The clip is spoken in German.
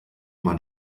man